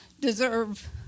deserve